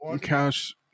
cash